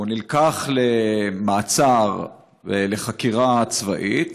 הוא נלקח למעצר ולחקירה צבאית,